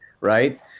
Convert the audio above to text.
right